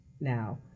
now